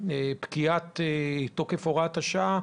לפקיעת תוקף הוראת השעה,